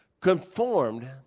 Conformed